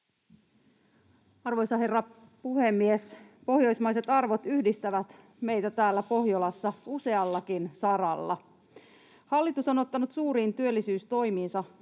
Arvoisa herra puhemies! Pohjoismaiset arvot yhdistävät meitä täällä Pohjolassa useallakin saralla. Hallitus on ottanut suuriin työllisyystoimiinsa